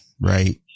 right